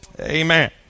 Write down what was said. Amen